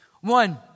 One